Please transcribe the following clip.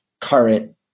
current